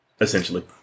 Essentially